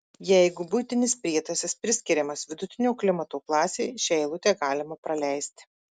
jeigu buitinis prietaisas priskiriamas vidutinio klimato klasei šią eilutę galima praleisti